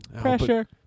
Pressure